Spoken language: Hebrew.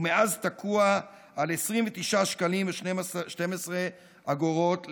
והוא מאז תקוע על 29 שקלים ו-12 אגורות לשעה,